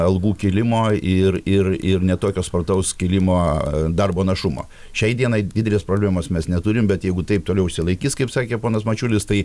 algų kėlimo ir ir ir ne tokio spartaus kilimo darbo našumo šiai dienai didelės problemos mes neturim bet jeigu taip toliau išsilaikys kaip sakė ponas mačiulis tai